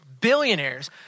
billionaires